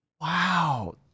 Wow